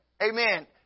Amen